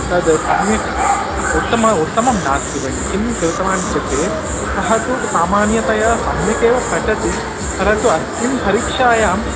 तत् सम्यक् उत्तमं उत्तमं नास्ति भगिनी किं कृतवान् इत्युक्ते सः तु सामान्यतया सम्यकेव पठति परन्तु अस्मिन् परीक्षायाम्